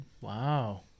Wow